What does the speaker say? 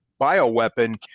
bioweapon